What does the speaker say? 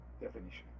definition